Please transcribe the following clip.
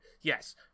yes